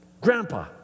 grandpa